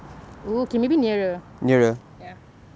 oh okay maybe nearer ya